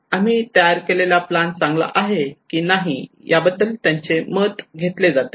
आम्ही तयार केलेला प्लान चांगला आहे किंवा नाही याबद्दल त्यांचे मत घेतले जाते